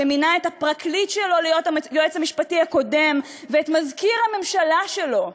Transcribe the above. שמינה את הפרקליט שלו להיות היועץ המשפטי הקודם ואת מזכיר הממשלה שלו,